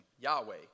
Yahweh